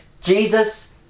Jesus